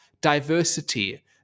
diversity